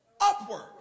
upward